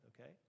okay